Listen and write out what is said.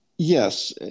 Yes